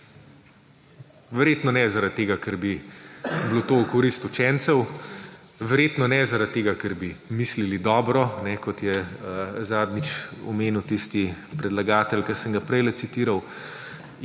Verjetno ne zaradi tega, ker bi bilo to v korist učencev. Verjetno ne zaradi tega, ker bi mislili dobro, kot je zadnjič omenil tisti predlagatelj, ki sem ga prej citiral.